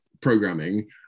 programming